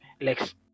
Lex